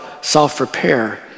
self-repair